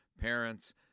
parents